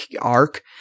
arc